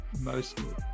mostly